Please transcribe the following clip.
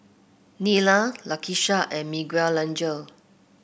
Nyla Lakisha and Miguelangel